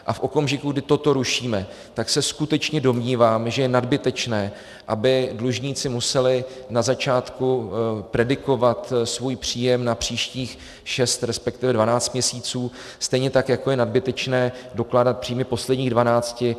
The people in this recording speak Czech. A v okamžiku, kdy toto rušíme, tak se skutečně domnívám, že je nadbytečné, aby dlužníci museli na začátku predikovat svůj příjem na příštích šest, resp. dvanáct měsíců, stejně tak, jako je nadbytečné dokládat příjmy posledních dvanácti.